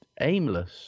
aimless